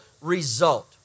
result